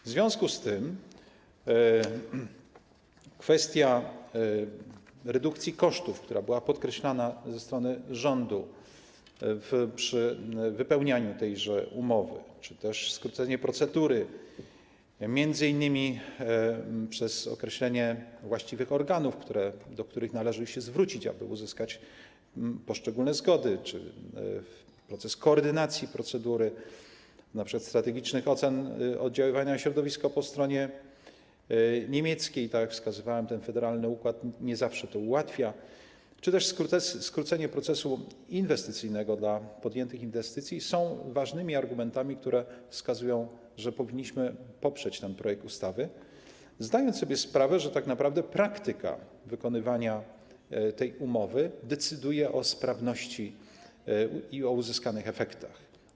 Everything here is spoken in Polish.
W związku z tym kwestia redukcji kosztów, która była podkreślana ze strony rządu przy wypełnianiu tejże umowy, czy też skrócenie procedury m.in. przez określenie właściwych organów, do których należy się zwrócić, aby uzyskać poszczególne zgody, czy proces koordynacji procedury, np. strategicznych ocen oddziaływania na środowisko po stronie niemieckiej, jak wskazywałem, ten federalny układ nie zawsze to ułatwia, czy też skrócenie procesu inwestycyjnego dla podjętych inwestycji są ważnymi argumentami, które wskazują, że powinniśmy poprzeć ten projekt ustawy, zdając sobie sprawę, że tak naprawdę praktyka wykonywania tej umowy decyduje o sprawności i uzyskanych efektach.